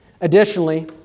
Additionally